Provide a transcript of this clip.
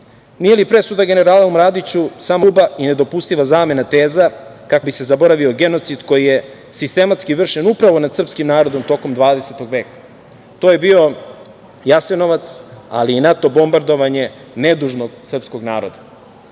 li presuda generalu Mladiću samo gruba i nedopustiva zamena teza kako bi se zaboravio genocid koji je sistematski vršen upravo nad srpskim narodom tokom 20. veka? To je bio Jasenovac, ali i NATO bombardovanje nedužnog srpskog naroda. Srbija